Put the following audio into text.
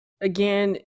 again